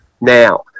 now